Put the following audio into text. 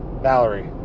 Valerie